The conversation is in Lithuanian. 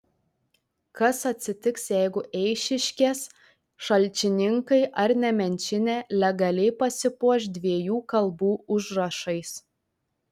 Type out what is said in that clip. kas atsitiks jeigu eišiškės šalčininkai ar nemenčinė legaliai pasipuoš dviejų kalbų užrašais